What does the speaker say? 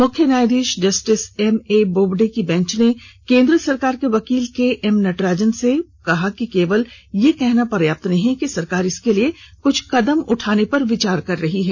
मुख्य न्यायाधीश justice M A Bobde की बेंच ने केंद्र सरकार के वकील केएम नटराजन से कहा कि केवल यह कहना प्याप्त नहीं है कि सरकार इसके लिए क्छ कदम उठाने पर विचार कर रही है